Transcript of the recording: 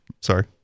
Sorry